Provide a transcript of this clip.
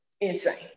Insane